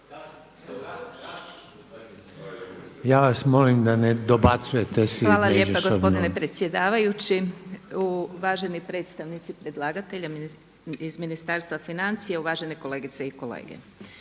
Ja bih molio da ne dobacujete si međusobno. **Makar, Božica (HNS)** Hvala lijepa gospodine predsjedavajući. Uvaženi predstavnici predlagatelja iz Ministarstva financija, uvažene kolegice i kolege.